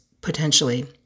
potentially